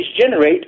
generate